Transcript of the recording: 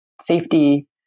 safety